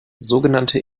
sogenannte